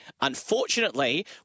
Unfortunately